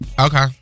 Okay